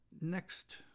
Next